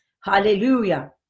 Hallelujah